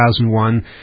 2001